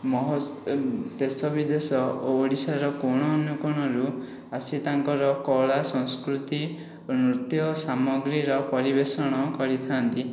ମହୋ ଦେଶବିଦେଶ ଓ ଓଡ଼ିଶାର କୋଣ ଅନୁକୋଣରୁ ଆସି ତାଙ୍କର କଳାସଂସ୍କୃତି ଓ ନୃତ୍ୟ ସାମଗ୍ରୀର ପରିବେଷଣ କରିଥାନ୍ତି